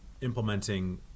implementing